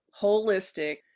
holistic